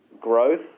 growth